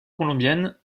colombienne